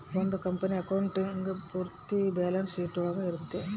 ಒಂದ್ company accounting ಪೂರ್ತಿ balance sheet ಒಳಗ ಇರುತ್ತೆ